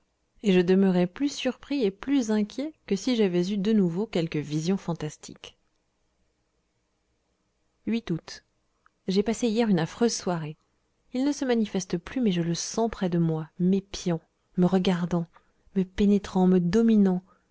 et je demeurai plus surpris et plus inquiet que si j'avais eu de nouveau quelque vision fantastique août j'ai passé hier une affreuse soirée il ne se manifeste plus mais je le sens près de moi m'épiant me regardant me pénétrant me dominant